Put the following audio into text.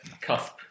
cusp